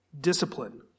Discipline